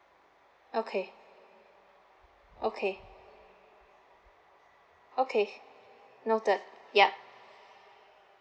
okay okay okay noted yup